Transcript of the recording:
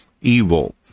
evil